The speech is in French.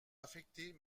affectées